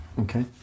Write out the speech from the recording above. Okay